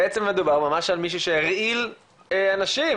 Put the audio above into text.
בעצם מדובר על מישהו שהרעיל אנשים,